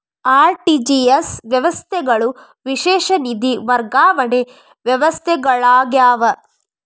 RTGS ವ್ಯವಸ್ಥೆಗಳು ವಿಶೇಷ ನಿಧಿ ವರ್ಗಾವಣೆ ವ್ಯವಸ್ಥೆಗಳಾಗ್ಯಾವ